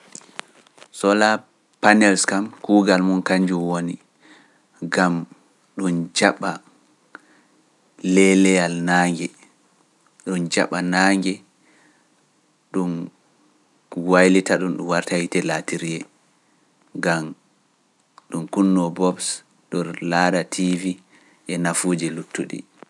Solar panel kugal mun kangal woni gam dun jaba leleyal nange dun wartira ngal yiite latiriye gam dun kunno kuujeji duddi.